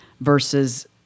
versus